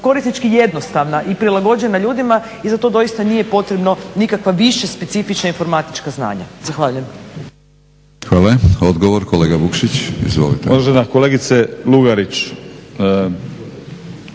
korisnički jednostavna i prilagođena ljudima i za to doista nije potrebno nikakva viša specifična informatička znanja. Zahvaljujem. **Batinić, Milorad (HNS)** Hvala. Odgovor kolega Vukšić.